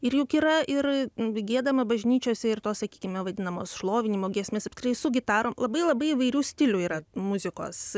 ir juk yra ir giedama bažnyčiose ir tos sakykime vadinamos šlovinimo giesmės su gitarom labai labai įvairių stilių yra muzikos